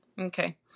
Okay